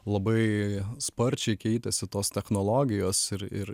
labai sparčiai keitėsi tos technologijos ir ir